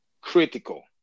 critical